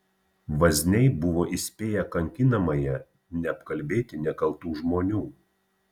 vazniai buvo įspėję kankinamąją neapkalbėti nekaltų žmonių